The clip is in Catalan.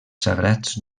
sagrats